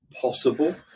possible